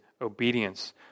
obedience